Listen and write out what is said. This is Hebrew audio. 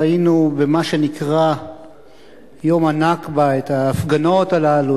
ראינו במה שנקרא "יום הנכבה" את ההפגנות הללו,